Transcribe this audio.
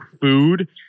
food